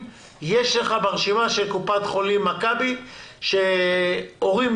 כי זה יותר זול לקופה לשלוח למקום שהוא לא מפוקח והוא לא